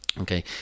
Okay